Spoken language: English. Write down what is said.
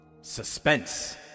suspense